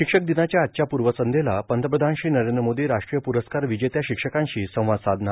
शिक्षकदिनाच्या आजच्या पूर्वसंध्येला पंतप्रधान श्री नरेंद्र मोदी राष्ट्रीय पुरस्कार विजेत्या शिक्षकांशी संवाद साधणार